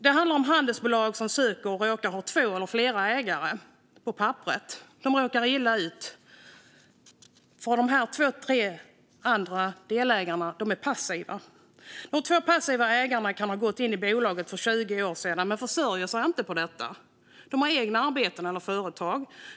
Det handlar om handelsbolag som söker och som råkar ha två eller fler ägare på papperet och som råkar illa ut därför att två av tre delägare är passiva. De två passiva ägarna kan ha gått in i bolaget för 20 år sedan men försörjer sig inte på det utan har egna arbeten eller företag.